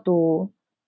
to